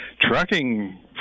Trucking